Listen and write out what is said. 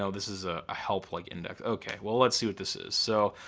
so this is a help like index. okay, well let's see what this is. so,